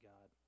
God